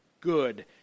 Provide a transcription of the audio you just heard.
good